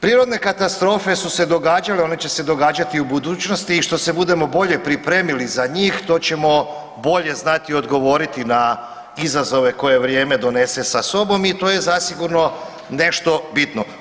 Prirodne katastrofe su se događale i one će se događati i u budućnosti i što se budemo bolje pripremili za njih to ćemo bolje znati odgovoriti na izazove koje vrijeme donese sa sobom i to je zasigurno nešto bitno.